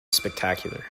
spectacular